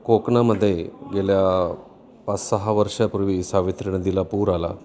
कोकणामधे गेल्या पाच सहा वर्षापूर्वी सावित्री नदीला पूर आला